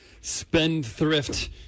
spendthrift